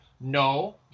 No